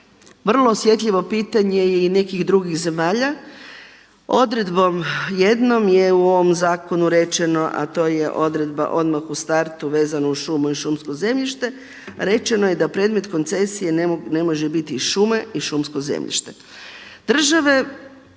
vrlo osjetljivo je pitanje i nekih drugih zemalja. Odredbom jednom je u ovom zakonu rečeno a to je odredba odmah u startu vezano uz šumu i šumsko zemljište, rečeno je da predmet koncesije ne može biti šume i šumsko zemljište.